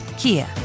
Kia